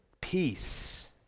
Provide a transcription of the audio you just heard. peace